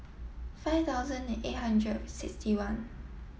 five thousand and eight hundred sixty one